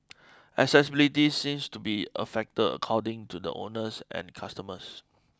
accessibility seems to be a factor according to the owners and customers